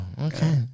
Okay